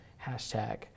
hashtag